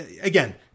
again